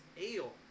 Ale